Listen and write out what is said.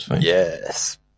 Yes